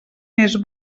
més